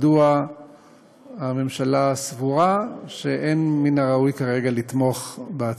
מדוע הממשלה סבורה שלא מן הראוי לתמוך כרגע בהצעה.